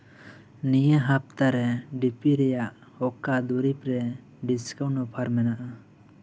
ᱱᱤᱭᱟᱹ ᱦᱟᱯᱛᱟᱨᱮ ᱰᱤᱯᱤ ᱨᱮᱭᱟᱜ ᱚᱠᱟ ᱫᱩᱨᱤᱵᱨᱮ ᱰᱤᱥᱠᱟᱣᱩᱱᱴ ᱚᱯᱷᱟᱨ ᱢᱮᱱᱟᱜᱼᱟ